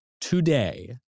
today